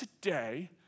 today